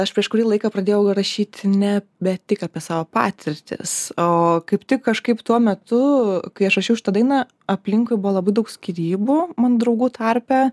aš prieš kurį laiką pradėjau rašyti ne bet tik apie savo patirtis o kaip tik kažkaip tuo metu kai aš rašiau šitą dainą aplinkui buvo labai daug skyrybų mano draugų tarpe